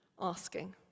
asking